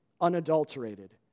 unadulterated